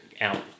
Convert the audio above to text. out